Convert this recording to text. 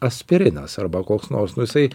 aspirinas arba koks nors nu jisai